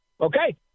okay